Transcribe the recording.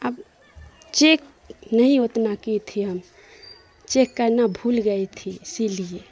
اب چیک نہیں اتنا کیے تھے ہم چیک کرنا بھول گئی تھی اسی لیے